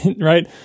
right